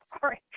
Sorry